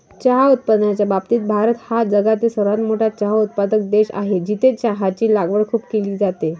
चहा उत्पादनाच्या बाबतीत भारत हा जगातील सर्वात मोठा चहा उत्पादक देश आहे, जिथे चहाची लागवड खूप केली जाते